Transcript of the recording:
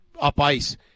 up-ice